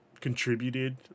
contributed